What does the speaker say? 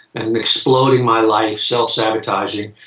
and exploding my life, self sabotaging,